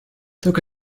took